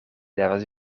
devas